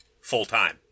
full-time